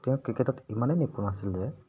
তেওঁ ক্ৰিকেটত ইমানেই নিপুণ আছিল যে